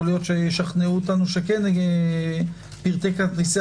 יכול להיות שישכנעו אותנו שכן פרטי כרטיסי